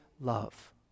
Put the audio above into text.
love